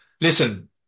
listen